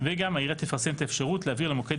וגם העירייה תפרסם את האפשרות להעביר למוקד